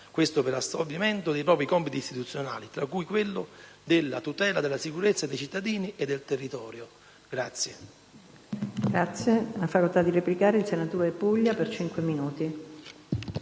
adeguato per l'assolvimento dei propri compiti istituzionali, tra cui quello della tutela della sicurezza dei cittadini e del territorio.